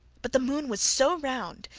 but the moon was so round,